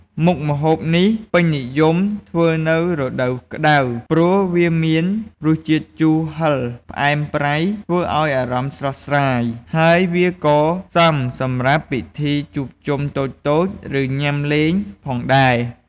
មុខម្ហូបនេះពេញនិយមធ្វើនៅរដូវក្តៅ ព្រោះវាមានរសជាតិជូរហឹរផ្អែមប្រៃ ធ្វើឱ្យអារម្មណ៍ស្រស់ស្រាយ ហើយវាក៏សមសម្រាប់ពិធីជួបជុំតូចៗ ឬញ៉ាំលេងផងដែរ។